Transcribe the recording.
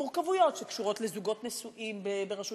מורכבויות שקשורות לזוגות נשואים ברשות